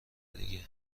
دیگه